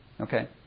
Okay